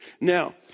Now